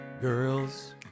girls